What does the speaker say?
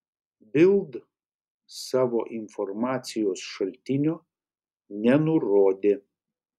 bild savo informacijos šaltinio nenurodė